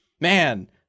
man